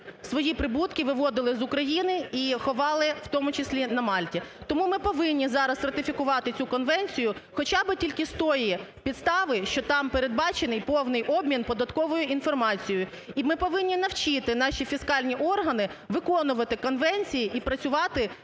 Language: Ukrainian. свої прибутки виводили з України і ховали, в тому числі на Мальті. Тому ми повинні зараз ратифікувати цю конвенцію, хоча би тільки з тої підстави, що там передбачений повний обмін податковою інформацією. І ми повинні навчити наші фіскальні органи виконувати конвенції і працювати